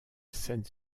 seyne